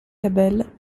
abel